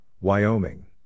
Wyoming